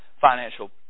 financial